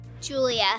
Julia